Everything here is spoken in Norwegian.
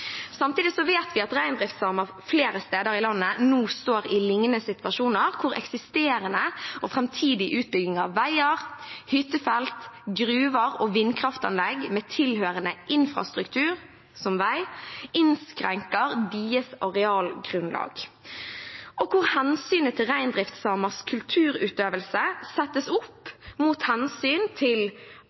Samtidig vet vi at reindriftssamer flere steder i landet nå står i lignende situasjoner, hvor eksisterende og framtidig utbygging av veier, hyttefelt, gruver og vindkraftanlegg med tilhørende infrastruktur, slik som vei, innskrenker deres arealgrunnlag, og hvor hensynet til reindriftssamers kulturutøvelse settes opp mot hensynet til